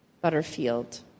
Butterfield